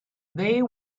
they